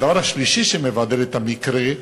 הדבר השלישי שמבדל את המקרה,